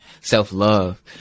self-love